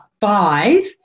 five